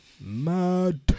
Mad